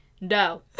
no